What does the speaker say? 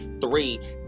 three